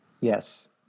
Yes